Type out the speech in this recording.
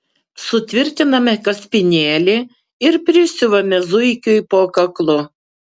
sutvirtiname kaspinėlį ir prisiuvame zuikiui po kaklu